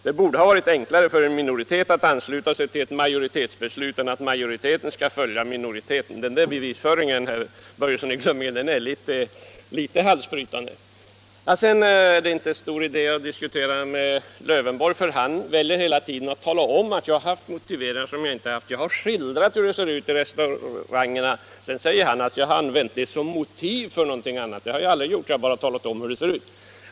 Det borde vara enklare för en minoritet att ansluta sig till ett majoritetsbeslut än att majoriteten skulle följa minoriteten. Den bevisföring som herr Börjesson i Glömminge här kommer med är nog litet halsbrytande. Det är inte stor idé att diskutera med herr Lövenborg för han väljer hela tiden att tala om att jag haft motiveringar som jag inte haft. Jag har skildrat hur det ser ut i restaurangerna och då säger han att jag använt det som motiv för en viss uppfattning. Det har jag aldrig gjort, jag har bara talat om hurdana förhållandena är.